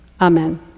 Amen